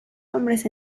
hombres